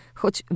choć